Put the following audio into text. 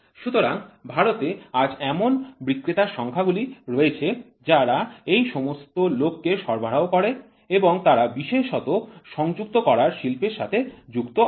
সুতরাং ভারতে আজ এমন বিক্রেতার সংস্থাগুলি রয়েছে যারা এই সমস্ত লোককে সরবরাহ করে এবং তারা বিশেষত সংযুক্ত করার শিল্পের সাথে যুক্ত আছে